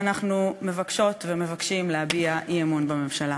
אנחנו מבקשות ומבקשים להביע אי-אמון בממשלה.